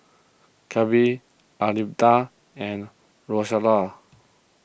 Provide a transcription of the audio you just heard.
Kahlil Armida and Rosella